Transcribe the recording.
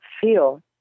feel